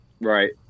Right